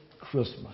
Christmas